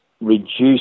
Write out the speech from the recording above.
reduce